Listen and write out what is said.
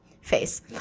face